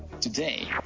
Today